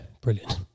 brilliant